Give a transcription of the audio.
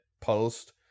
post